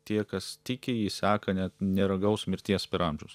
tie kas tiki jį seka net neragaus mirties per amžius